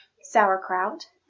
sauerkraut